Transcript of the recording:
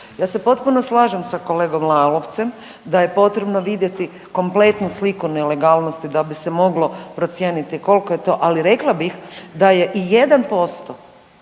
Ja se potpuno slažem sa kolegom Lalovcem da je potrebno vidjeti kompletnu sliku nelegalnosti da bi se moglo procijeniti kolko je to, ali rekla bih da je i 1%